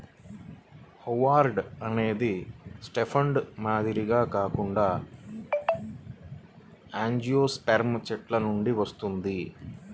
hardwood అనేది softwood మాదిరిగా కాకుండా యాంజియోస్పెర్మ్ చెట్ల నుండి వస్తుంది